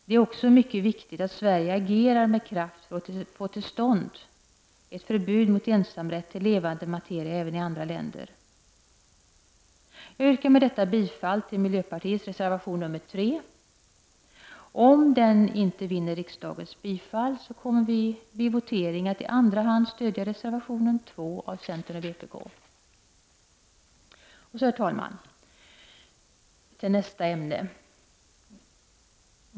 Det är också mycket viktigt att Sverige agerar med kraft för att få till stånd ett förbud mot ensamrätt till levande materia även i andra länder. Jag yrkar med detta bifall till miljöpartiets reservation nr 3. Om denna inte vinner kammarens bifall, kommer vi vid voteringen att i andra hand stödja reservation nr 2 av centern och vpk. Herr talman! Så till nästa ämne.